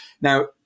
Now